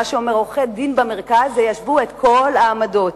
זה אומר שעורכי-דין במרכז יישבו את כל העמדות.